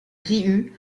ryu